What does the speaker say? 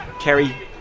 Kerry